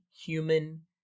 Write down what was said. human